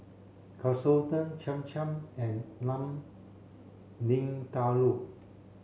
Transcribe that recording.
Katsudon Cham Cham and Lamb Vindaloo